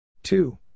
Two